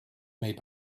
made